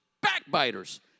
backbiters